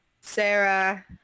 Sarah